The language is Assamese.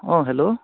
অঁ হেল্ল'